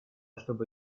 чтобы